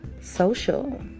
Social